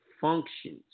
functions